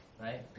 right